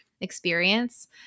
experience